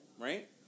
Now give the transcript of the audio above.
Right